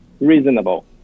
reasonable